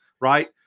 right